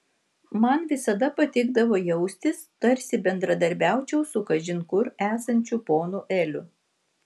man visada patikdavo jaustis tarsi bendradarbiaučiau su kažin kur esančiu ponu eliu